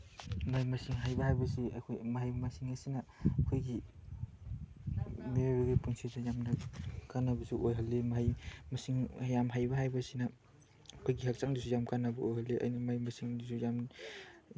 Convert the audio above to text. ꯃꯍꯩ ꯃꯁꯤꯡ ꯍꯩꯕ ꯍꯥꯏꯕꯁꯤ ꯑꯩꯈꯣꯏ ꯃꯍꯩ ꯃꯁꯤꯡ ꯑꯁꯤꯅ ꯑꯩꯈꯣꯏꯒꯤ ꯃꯤꯑꯣꯏꯕꯒꯤ ꯄꯨꯟꯁꯤꯁꯦ ꯌꯥꯝꯅ ꯀꯥꯅꯕꯁꯨ ꯑꯣꯏꯍꯜꯂꯤ ꯃꯍꯩ ꯃꯁꯤꯡ ꯌꯥꯝ ꯍꯩꯕ ꯍꯥꯏꯕꯁꯤꯅ ꯑꯩꯈꯣꯏꯒꯤ ꯍꯛꯆꯥꯡꯗꯁꯨ ꯌꯥꯝ ꯀꯥꯅꯕ ꯑꯣꯏꯍꯜꯂꯤ ꯑꯩꯅ ꯃꯍꯩ ꯃꯁꯤꯡꯗꯨꯁꯨ ꯌꯥꯝ